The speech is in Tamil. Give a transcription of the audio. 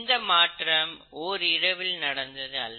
இந்த மாற்றம் ஓர் இரவில் நடந்தது அல்ல